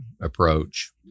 approach